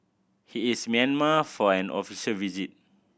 he is Myanmar for an official visit